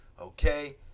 Okay